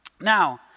now